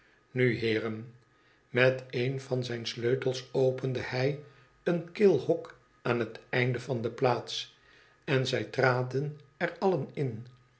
nu heeren met een van zijne sleutels opende hij een kil hok aan het einde van de plaats en zij traden er allen in